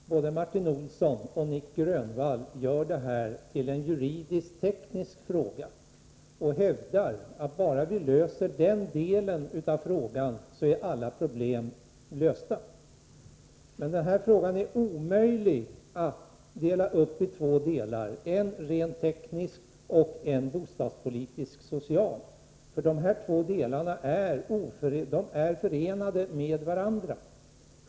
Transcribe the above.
Herr talman! Både Martin Olsson och Nic Grönvall vill göra det här till en juridisk-teknisk fråga och hävdar att bara vi löser den delen av frågan så är alla problem lösta. Men den här frågan är omöjlig att dela upp i två delar, en rent teknisk och en bostadspolitisk-social. Dessa två delar är förenade med varandra.